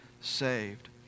saved